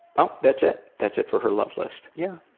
um that's it. that's it for her love list. yeah.